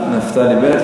נפתלי בנט.